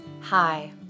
Hi